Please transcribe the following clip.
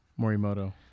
Morimoto